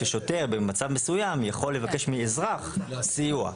ששוטר במצב מסוים יכול לבקש מאזרח סיוע,